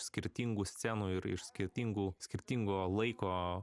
skirtingų scenų ir iš skirtingų skirtingo laiko